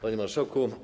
Panie Marszałku!